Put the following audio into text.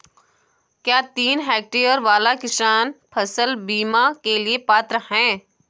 क्या तीन हेक्टेयर वाला किसान फसल बीमा के लिए पात्र हैं?